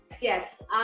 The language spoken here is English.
yes